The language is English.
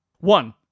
One